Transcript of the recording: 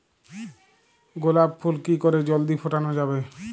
গোলাপ ফুল কি করে জলদি ফোটানো যাবে?